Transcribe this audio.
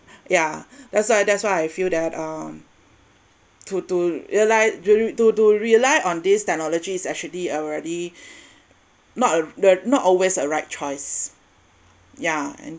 yeah that's why that's why I feel that um to to rely to to rely on this technology is actually already not not always a right choice yeah and